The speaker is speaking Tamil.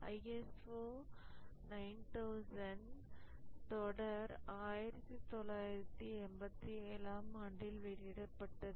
ISO 9000 தொடர் 1987 ஆம் ஆண்டில் வெளியிடப்பட்டது